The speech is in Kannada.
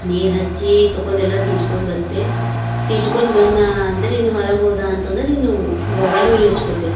ನೀರು ಹಚ್ಚಿ ತಕೊಂಡ್ ಎಲ್ಲ ಸೀಟ್ಕೊಂಡ್ ಬರ್ತೆ ಸೀಟ್ಕೊಂಡ್ ಬಂದ ಅಂದರೆ ಇನ್ನು ಹೊರಗೆ ಹೋದ ಅಂತ ಅಂದರೆ ಇನ್ನು ಥೋಡೆ ಒಲೆ ಉರಿ ಹಚ್ಕೋತೆ